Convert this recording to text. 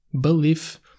belief